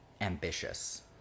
ambitious